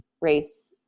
race